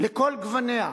לכל גווניה,